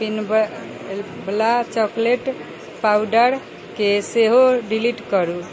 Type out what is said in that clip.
पीनबैवला chocolate पावडरके सेहो delete करू